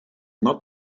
not